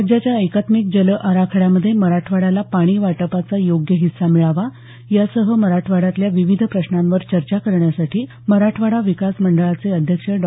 राज्याच्या एकात्मिक जल आराखड्यामध्ये मराठवाड्याला पाणी वाटपाचा योग्य हिस्सा मिळावा यासह मराठवाड्यातल्या विविध प्रश्नांवर चर्चा करण्यासाठी मराठवाडा विकास मंडळाचे अध्यक्ष डॉ